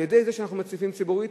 על-ידי זה שאנחנו מציפים ציבורית,